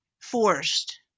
forced